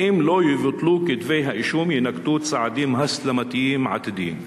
ואם לא יבוטלו כתבי-האישום יינקטו צעדים הסלמתיים עתידיים.